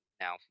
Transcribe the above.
now